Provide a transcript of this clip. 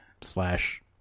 slash